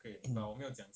mm